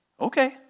okay